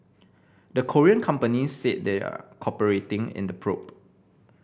the Korean companies said they're cooperating in the probe